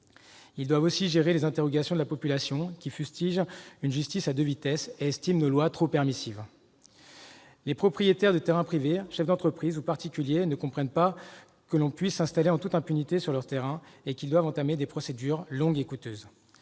Ils doivent aussi gérer les interrogations de la population, qui fustige une justice à deux vitesses et estime nos lois trop permissives. Les propriétaires de terrains privés, chefs d'entreprise ou particuliers, ne comprennent pas que l'on puisse s'installer en toute impunité sur leur terrain et qu'il leur revient d'entamer des procédures longues et coûteuses.